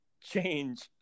change